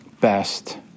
Best